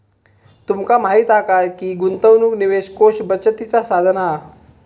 तुमका माहीत हा काय की गुंतवणूक निवेश कोष बचतीचा साधन हा